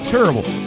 Terrible